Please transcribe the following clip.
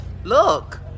Look